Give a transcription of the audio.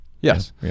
yes